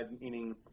meaning